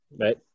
right